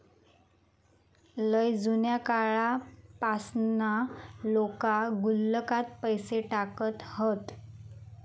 लय जुन्या काळापासना लोका गुल्लकात पैसे टाकत हत